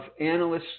analysts